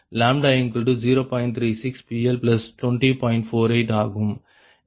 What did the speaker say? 48ஆகும்